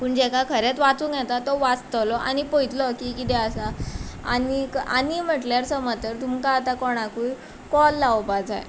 पूण जाका खरें वाचूंक येता तो वाचतलो आनी पयतलो की किदें आसा आनी म्हटल्यार समज जर तुमकां कोणाकय कोल लावपा जाय